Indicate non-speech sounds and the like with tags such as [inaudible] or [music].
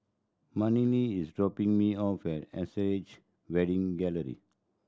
[unintelligible] is dropping me off at [unintelligible] Wedding Gallery